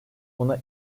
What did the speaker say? buna